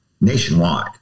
nationwide